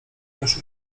już